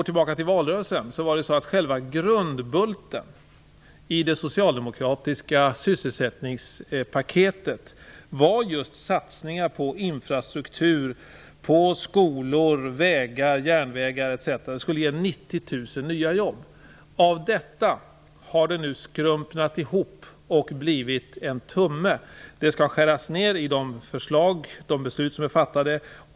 I valrörelsen var ju själva grundbulten i det socialdemokratiska sysselsättningspaketet just satsningar på infrastruktur, skolor, vägar, järnvägar etc. Detta skulle ge 90 000 nya jobb. Men det hela har skrumpnat ihop, så av detta har det bara blivit en tumme. Det skall ju skäras ned enligt de beslut som fattats.